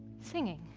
singing.